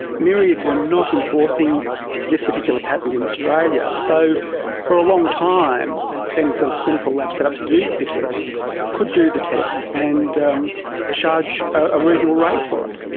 myriad were not enforcing this particular patent in australia, so for a long time any sort of clinical lab set up to do the test could do the test and um charge a reasonable rate for it.